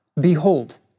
Behold